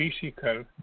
physical